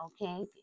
okay